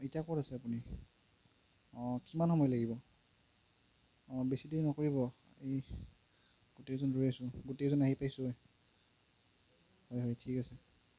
এতিয়া ক'ত আছে আপুনি হয় কিমান সময় লাগিব বেছি দেৰি নকৰিব এই গোটেইকেইজন ৰৈ আছোঁ গোটেইকেইজন আহি পাইছোঁৱে হয় হয় ঠিক আছে